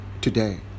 today